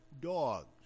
dogs